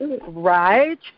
Right